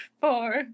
four